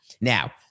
Now